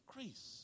increase